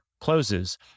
closes